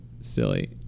silly